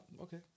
okay